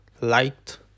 light